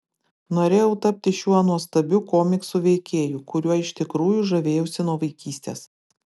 norėjau tapti šiuo nuostabiu komiksų veikėju kuriuo iš tikrųjų žavėjausi nuo vaikystės